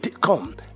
come